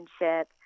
relationship